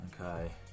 Okay